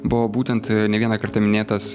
buvo būtent ne vieną kartą minėtas